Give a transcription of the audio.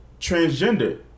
transgender